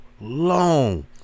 long